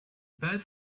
bad